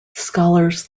scholars